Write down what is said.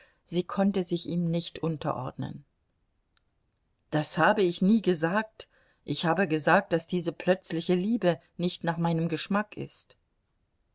sie konnte sich ihm nicht unterordnen das habe ich nie gesagt ich habe gesagt daß diese plötzliche liebe nicht nach meinem geschmack ist